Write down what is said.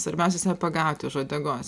svarbiausias pagauti už uodegos